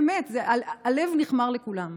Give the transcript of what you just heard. באמת, הלב נכמר על כולם.